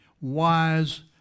wise